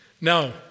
Now